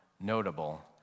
notable